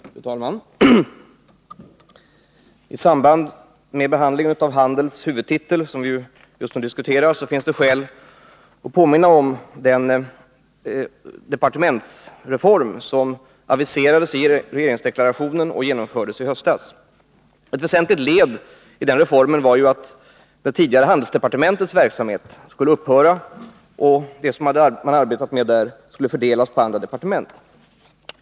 Fru talman! I samband med behandlingen av handelshuvudtiteln, som vi just nu diskuterar, finns det skäl att påminna om den departementsreform som aviserades i regeringsdeklarationen och som genomfördes i höstas. Ett väsentligt led i den reformen var att det tidigare handelsdepartementets verksamhet skulle upphöra och det man arbetat med där fördelas på andra departement.